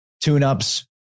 tune-ups